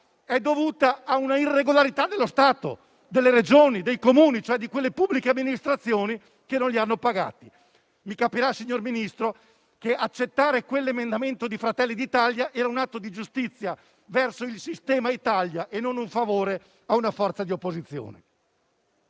è dovuta a una irregolarità dello Stato, delle Regioni, dei Comuni e di tutte quelle pubbliche amministrazioni che non le hanno pagate. Signor Ministro, capirà che accogliere quell'emendamento di Fratelli d'Italia sarebbe stato un atto di giustizia verso il sistema Italia e non un favore a una forza di opposizione.